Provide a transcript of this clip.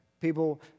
People